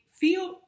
feel